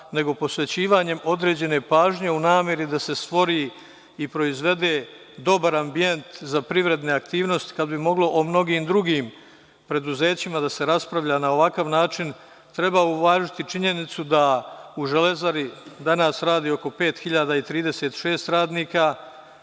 nego posvećivanjem određene pažnje u nameri da se stvori i proizvede dobar ambijent za privredne aktivnosti kada bi moglo o mnogim drugim preduzećima da se raspravlja na ovakav način, treba uvažiti činjenicu da u „Železari“ danas radi oko 5.036 radnika,